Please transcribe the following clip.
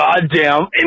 goddamn